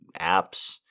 apps